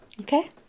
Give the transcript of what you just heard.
Okay